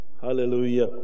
Hallelujah